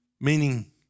meaning